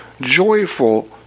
joyful